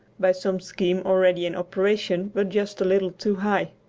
by some scheme already in operation but just a little too high.